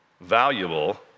valuable